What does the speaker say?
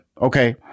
Okay